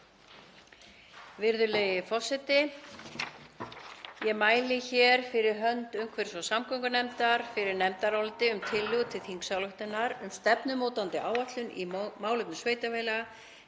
Virðulegi forseti. Ég mæli hér fyrir hönd umhverfis- og samgöngunefndar fyrir nefndaráliti um tillögu til þingsályktunar um stefnumótandi áætlun í málefnum sveitarfélaga